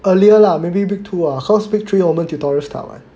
earlier lah maybe week two ah cause week three 我们 tutorials start [what]